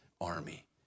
army